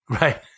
Right